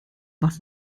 was